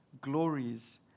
glories